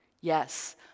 Yes